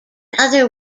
other